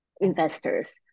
investors